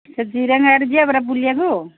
ସେ ଜିରଙ୍ଗ ଆଡ଼େ ଯିବା ପରା ବୁଲିବାକୁ